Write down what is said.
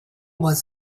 was